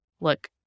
look